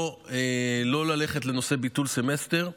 לא ללכת לביטול סמסטר.